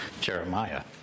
Jeremiah